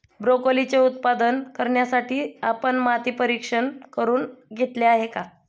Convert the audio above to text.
ब्रोकोलीचे उत्पादन करण्यासाठी आपण माती परीक्षण करुन घेतले आहे का?